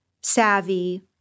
savvy